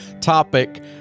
topic